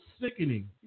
sickening